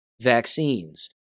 vaccines